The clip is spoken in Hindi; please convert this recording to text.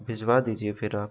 भिजवा दीजिए फिर आप